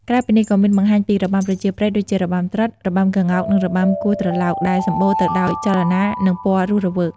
ក្រៅពីនេះ ក៏មានបង្ហាញពី របាំប្រជាប្រិយ ដូចជា របាំត្រុដិ របាំក្ងោក និងរបាំគោះអង្រែ ដែលសម្បូរទៅដោយចលនា និងពណ៌រស់រវើក។